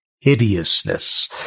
hideousness